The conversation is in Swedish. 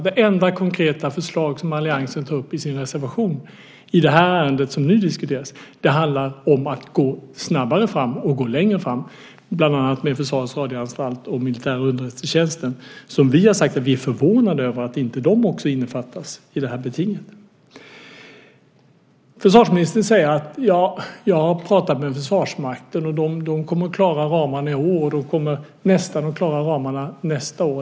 Det enda konkreta förslag som alliansen tar upp i sin reservation som diskuteras i det här ärendet handlar om att gå snabbare och längre fram, bland annat med Försvarets radioanstalt och militära underrättelsetjänsten. Vi har sagt att vi är förvånade över att de inte innefattas i betinget. Försvarsministern säger att hon har pratat med Försvarsmakten, och de kommer att klara ramarna i år och kanske att klara ramarna nästa år.